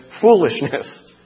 foolishness